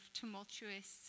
tumultuous